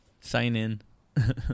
sign-in